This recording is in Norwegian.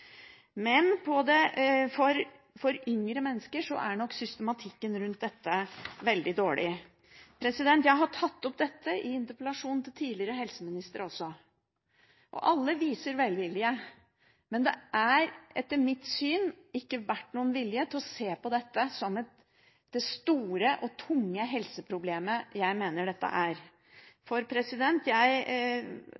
Men for yngre mennesker er nok systematikken rundt dette veldig dårlig. Jeg har tatt opp dette i interpellasjoner til tidligere helseministre også. Alle viser velvilje, men det har etter mitt syn ikke vært noen vilje til å se på dette som det store og tunge og helseproblemet jeg mener dette er.